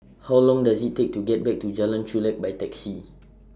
How Long Does IT Take to get Back to Jalan Chulek By Taxi